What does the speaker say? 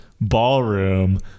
ballroom